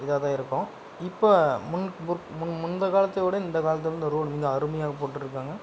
இதாக தான் இருக்கும் இப்போ முன்க் புர் முன் முந்தய காலத்தை விட இந்த காலத்தில் இந்த ரோட் வந்து அருமையா போட்டிருக்காங்க